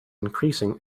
increasing